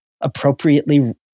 appropriately